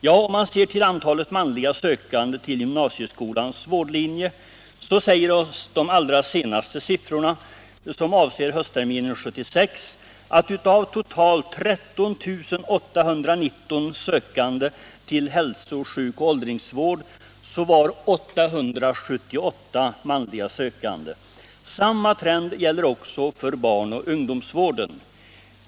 Vad gäller antalet manliga sökande till gymnasieskolans vårdlinje säger oss de allra senaste siffrorna, som avser höstterminen 1976, att av totalt 13 819 sökande till hälso-, sjukoch åldringsvård var 878 manliga sökande. Samma trend gäller också för barnoch ungdomsvården.